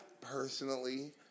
personally